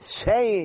say